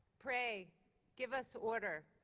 pray give us order.